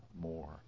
more